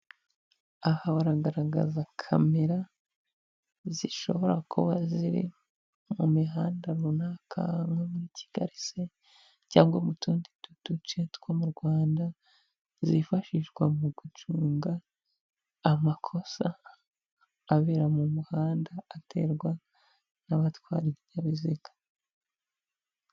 Aha baragaragaza kamera zishoba kuba ziri mu mihanda runaka nko muri Kigali se, cyangwa mu tundi duce two mu Rwanda. Zifashishwa mu gucunga amakosa abera mu muhanda aterwa n'batwaye ibinyabiziga.